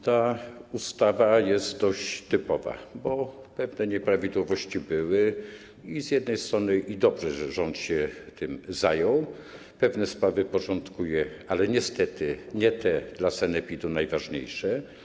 Ta ustawa jest dość typowa, bo istniały pewne nieprawidłowości i z jednej strony dobrze, że rząd się tym zajął - pewne sprawy porządkuje, ale niestety nie te dla sanepidu najważniejsze.